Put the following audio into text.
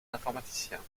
informaticiens